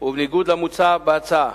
ובניגוד למוצע בהצעה,